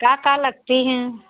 क्या का लगती हैं